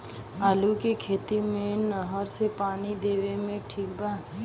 आलू के खेती मे नहर से पानी देवे मे ठीक बा?